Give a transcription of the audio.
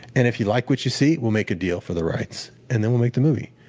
and if you like what you see, we'll make a deal for the rights and then we'll make the movie.